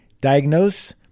Diagnose